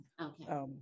Okay